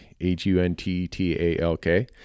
H-U-N-T-T-A-L-K